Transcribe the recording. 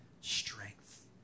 strength